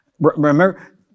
Remember